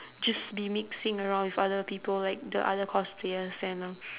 just be mixing around with other people like the other cosplayers and um